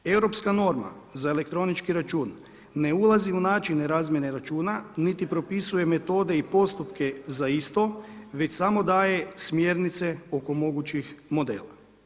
Europska norma za elektronički račun ne ulazi u načine razmjene računa niti propisuje metode i postupke za isto već samo daje smjernice oko mogućih modela.